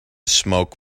smoke